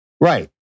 Right